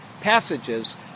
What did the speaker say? passages